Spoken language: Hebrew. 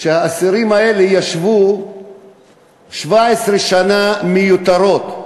שהאסירים האלה ישבו 17 שנה מיותרות.